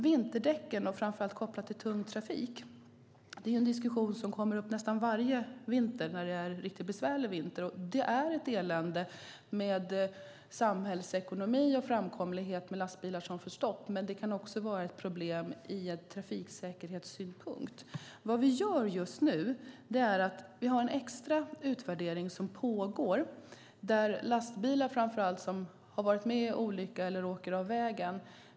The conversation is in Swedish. Vinterdäcken, framför allt kopplat till tung trafik, är en diskussion som kommer upp nästan varje vinter när det är en riktigt besvärlig vinter. Det är ett elände med samhällsekonomi och framkomlighet när lastbilar får stopp. Men det kan också vara problem ur trafiksäkerhetssynpunkt. Just nu har vi en extra utvärdering som pågår. Den gäller framför allt lastbilar som har varit med om en olycka eller åkt av vägen.